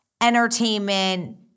entertainment